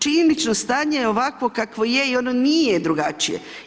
Činjenično stanje je ovako kakvo je i ono nije drugačije.